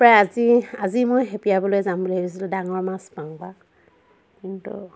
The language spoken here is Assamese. প্ৰায় আজি আজি মই খেপিয়াবলৈ যাম বুলি ভাবিছিলোঁ ডাঙৰ মাছ পাওঁ বা কিন্তু